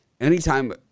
anytime